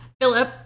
Philip